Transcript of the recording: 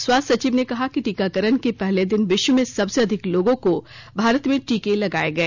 स्वास्थ्य सचिव ने कहा कि टीकाकरण के पहले दिन विश्व में सबसे अधिक लोगों को भारत में टीके लगाए गए